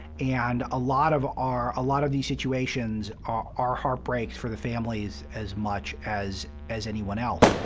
and a lot of our a lot of these situations are heartbreaks for the families as much as as anyone else.